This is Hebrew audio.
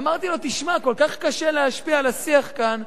אמרתי לו: תשמע, כל כך קשה להשפיע על השיח כאן,